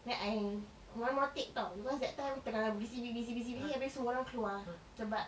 then I one more take [tau] because that time tengah busy busy busy busy habis semua orang keluar sebab